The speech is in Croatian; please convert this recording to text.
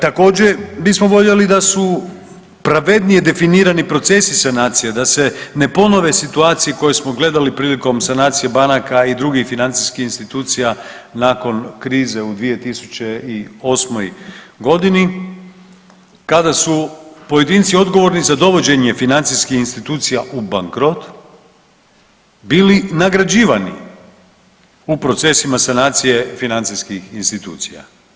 Također bismo voljeli da su pravednije definirani procesi sanacije, da se ne ponove situacije koje smo gledali prilikom sanacije banaka i drugih financijskih institucija nakon krize u 2008.g. kada su pojedinci odgovorni za dovođenje financijskih institucija u bankrot bili nagrađivani u procesima sanacije financijskih institucija.